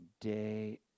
day